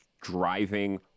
driving